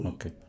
Okay